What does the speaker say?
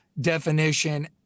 definition